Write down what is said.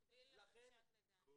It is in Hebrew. במקביל לחופשת לידה?